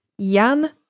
Jan